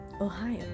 Ohio